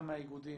גם מהאיגודים,